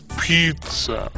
pizza